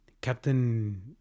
Captain